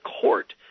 court